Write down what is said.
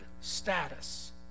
status